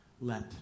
let